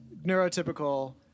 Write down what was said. neurotypical